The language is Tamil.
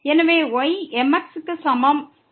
எனவே y mx க்கு சமம்